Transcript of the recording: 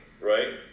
right